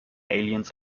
aliens